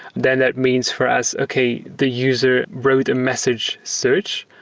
then that means for us, okay, the user wrote a message search.